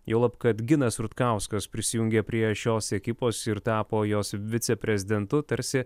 juolab kad ginas rutkauskas prisijungė prie šios ekipos ir tapo jos viceprezidentu tarsi